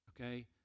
okay